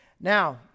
Now